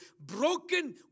broken